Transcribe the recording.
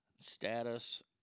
Status